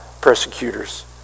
persecutors